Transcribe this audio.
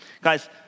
Guys